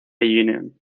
union